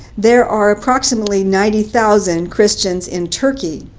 there are approximately ninety thousand christians in turkey.